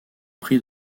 prix